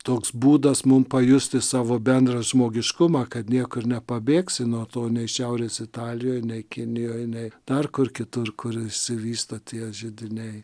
toks būdas mum pajusti savo bendrą žmogiškumą kad niekur nepabėgsi nuo to ne šiaurės italijoj nei kinijoj nei dar kur kitur kur išsivysto tie židiniai